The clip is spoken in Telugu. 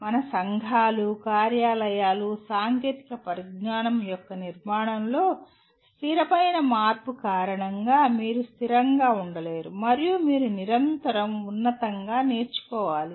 మన సంఘాలు కార్యాలయాలు సాంకేతిక పరిజ్ఞానం యొక్క నిర్మాణంలో స్థిరమైన మార్పు కారణంగా మీరు స్థిరంగా ఉండలేరు మరియు మీరు నిరంతరం ఉన్నతంగా నేర్చుకోవాలి